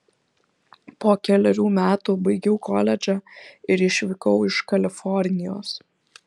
po kelerių metų baigiau koledžą ir išvykau iš kalifornijos